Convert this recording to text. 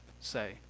say